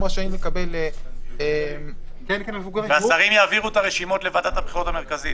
הם רשאים לקבל --- והשרים יעבירו את הרשימות לוועדת הבחירות המרכזית.